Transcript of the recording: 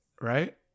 right